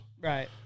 Right